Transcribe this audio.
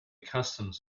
customs